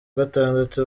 gatandatu